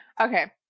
Okay